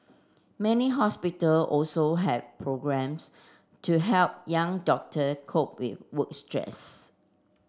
many hospital also have programmes to help young doctor cope with work stress